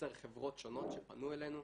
חברות שונות שפנו אלינו.